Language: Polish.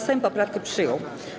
Sejm poprawkę przyjął.